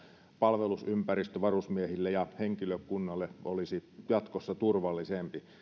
palvelusympäristö varusmiehille ja henkilökunnalle olisi jatkossa turvallisempi